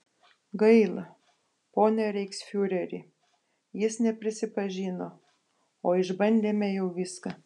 gaila pone reichsfiureri jis neprisipažino o išbandėme jau viską